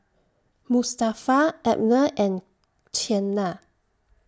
Mustafa Abner and Qiana